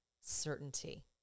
certainty